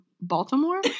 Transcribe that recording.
Baltimore